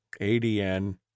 ADN